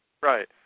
Right